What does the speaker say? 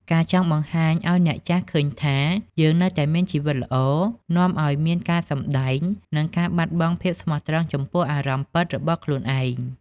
ការចង់បង្ហាញឱ្យអ្នកចាស់ឃើញថា "យើងនៅមានជីវិតល្អ" នាំឱ្យមានការសម្តែង និងការបាត់បង់ភាពស្មោះត្រង់ចំពោះអារម្មណ៍ពិតរបស់ខ្លួនឯង។